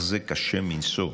אך זה קשה מנשוא.